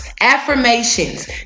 affirmations